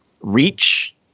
reach